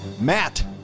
Matt